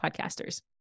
Podcasters